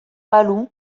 balu